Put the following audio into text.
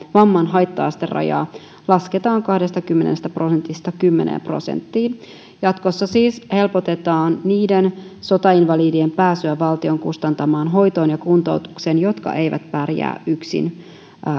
vamman haitta asterajaa lasketaan kahdestakymmenestä prosentista kymmeneen prosenttiin jatkossa siis helpotetaan niiden sotainvalidien pääsyä valtion kustantamaan hoitoon ja kuntoutukseen jotka eivät pärjää yksin